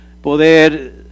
poder